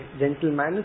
gentleman